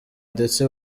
ndetse